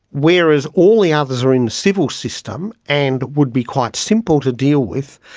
whereas all the others are in the civil system and would be quite simple to deal with,